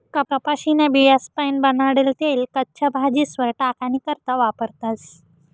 कपाशीन्या बियास्पाईन बनाडेल तेल कच्च्या भाजीस्वर टाकानी करता वापरतस